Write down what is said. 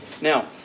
Now